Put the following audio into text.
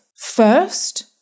first